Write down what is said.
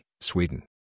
Sweden